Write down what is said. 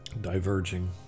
diverging